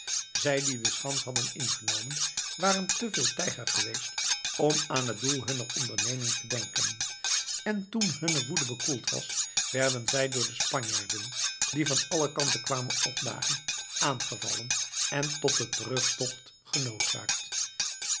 zij die de schans hadden ingenomen waren te veel tijger geweest om aan het doel hunner onderneming te denken en toen hunne woede bekoeld was werden zij door de spanjaarden die van alle kanten kwamen opdagen aangevallen en tot den terugtocht